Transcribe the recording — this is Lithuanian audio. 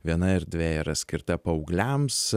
viena erdvė yra skirta paaugliams